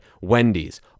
Wendy's